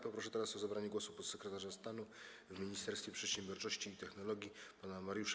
Proszę teraz o zabranie głosu podsekretarza stanu w Ministerstwie Przedsiębiorczości i Technologii pana Mariusza